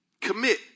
Commit